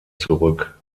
zurück